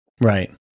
Right